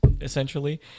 essentially